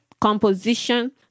composition